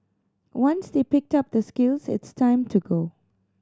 once they pick up the skills it's time to go